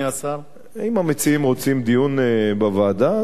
אם המציעים רוצים דיון בוועדה, אז בשמחה.